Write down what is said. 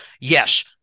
Yes